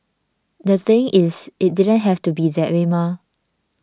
the thing is it didn't have to be that way mah